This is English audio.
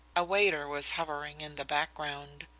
a waiter was hovering in the background.